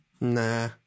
Nah